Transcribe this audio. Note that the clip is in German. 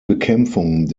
bekämpfung